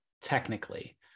technically